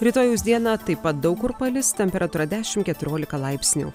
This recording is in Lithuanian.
rytojaus dieną taip pat daug kur palis temperatūra dešim keturiolika laipsnių